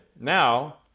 Now